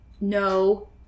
No